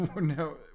No